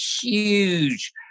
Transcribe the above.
huge